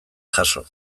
jaso